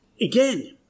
again